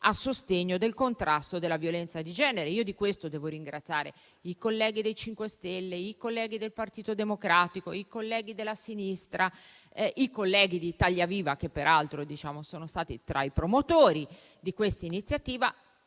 a sostegno del contrasto alla violenza di genere. Di questo devo ringraziare i colleghi del MoVimento 5 Stelle, del Partito Democratico e della sinistra, nonché i colleghi di Italia Viva, che peraltro sono stati tra i promotori di questa iniziativa.